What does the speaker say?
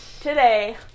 Today